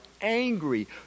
angry